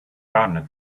gardener